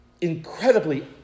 incredibly